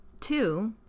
two